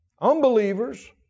Unbelievers